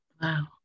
Wow